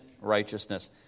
righteousness